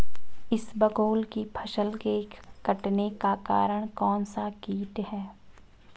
इसबगोल की फसल के कटने का कारण कौनसा कीट है?